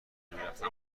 نمیرفتن